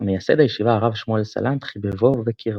מייסד הישיבה הרב שמואל סלנט חיבבו וקירבו.